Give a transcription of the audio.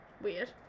Weird